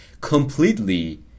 completely